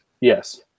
Yes